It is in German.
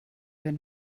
wenn